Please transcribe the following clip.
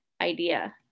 idea